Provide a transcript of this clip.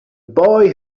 boy